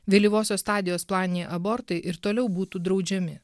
vėlyvosios stadijos planiniai abortai ir toliau būtų draudžiami